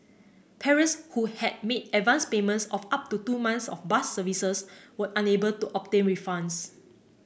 parents who had made advance payments of up to two months of bus services were unable to obtain refunds